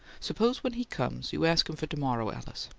suppose when he comes you ask him for to-morrow, alice.